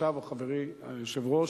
עכשיו, חברים, חברי היושב-ראש,